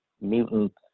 mutants